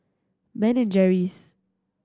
Ben and Jerry's